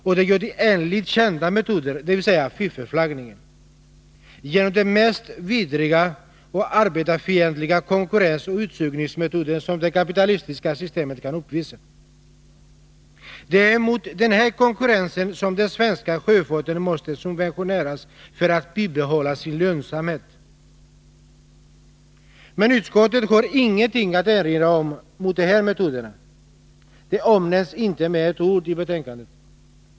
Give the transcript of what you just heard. Och det gör de enligt kända metoder, genom fiffelflaggning — genom de mest vidriga och arbetarfientliga konkurrensoch utsugningsmetoder som det kapitalistiska systemet kan uppvisa. Det är mot den här konkurrensen som den svenska sjöfarten måste subventioneras för att bibehålla sin lönsamhet! Men utskottet har ingenting att erinra mot de här metoderna. De omnämns inte med ett ord i betänkandet.